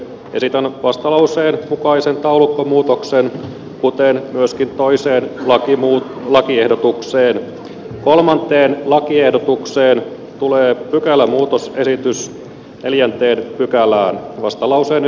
esitän vastalauseen mukaisen taulukkomuutoksen puutteena myöskin toiseen laki muun lakiehdotukseen kolmanteen lakiehdotukseen tulee pykälämuutos yritys neljänteen pykälään vastalauseen